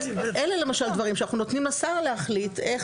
אלה למשל דברים שאנחנו נותנים לשר להחליט איך